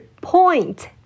point